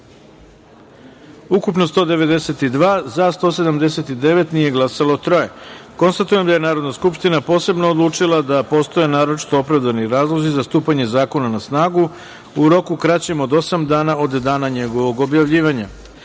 poslanika, za – 179, nije glasalo troje. Konstatujem da je Narodna skupština posebno odlučila da postoje naročito opravdani razlozi za stupanje zakona na snagu u roku kraćem od osam dana od dana njegovog objavljivanja. Pristupamo